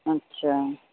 अच्छा